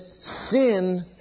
sin